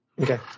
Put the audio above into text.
Okay